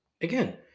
Again